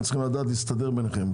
אתם צריכים לדעת להסתדר ביניכם.